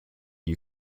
you